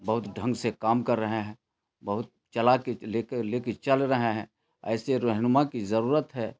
بہت ڈھنگ سے کام کر رہے ہیں بہت چلا کے لے کے لے کے چل رہے ہیں ایسے رہنما کی ضرورت ہے